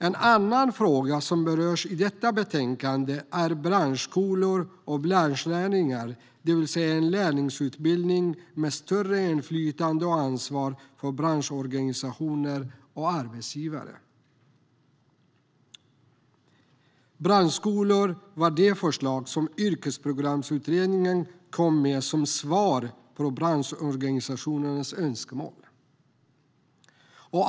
En annan fråga som berörs i detta betänkande är branschskolor och branschlärlingar, det vill säga en lärlingsutbildning med större inflytande och ansvar för branschorganisationer och arbetsgivare. Branschskolor var det förslag som Yrkesprogramsutredningen kom med som svar på branschorganisationernas önskemål.